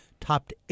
topped